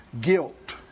Guilt